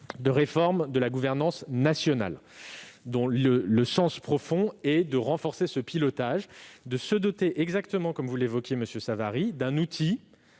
la réforme de la gouvernance nationale, dont le sens profond est de renforcer le pilotage et de nous doter, exactement comme vous l'évoquiez, monsieur Savary, d'un outil